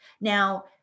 Now